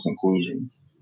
conclusions